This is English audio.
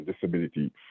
disability